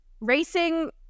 Racing